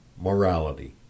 Morality